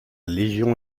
légion